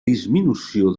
disminució